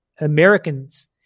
Americans